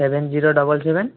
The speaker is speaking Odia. seven zero double seven